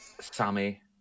Sammy